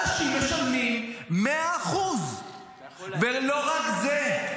אנשים משלמים 100%. אתה יכול להגיד --- ולא רק זה.